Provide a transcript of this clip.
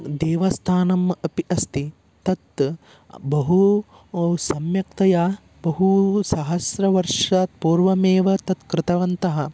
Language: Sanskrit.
देवस्थानम् अपि अस्ति तत् बहु वो सम्यक्तया बहु सहस्रवर्षात्पूर्वमेव तत् कृतवन्तः